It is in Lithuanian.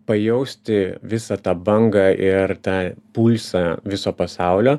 pajausti visą tą bangą ir tą pulsą viso pasaulio